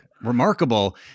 Remarkable